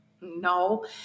no